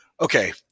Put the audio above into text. okay